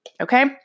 Okay